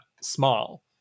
small